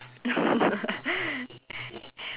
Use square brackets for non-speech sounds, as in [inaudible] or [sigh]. [laughs]